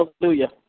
Hallelujah